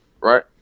right